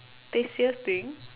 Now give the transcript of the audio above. tastiest thing